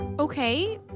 okay.